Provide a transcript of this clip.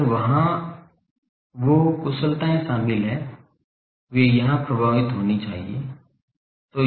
अगर वहाँ वो कुशलताएं शामिल है वे यहाँ प्रभावित होनी चाहिए